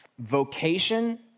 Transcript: Vocation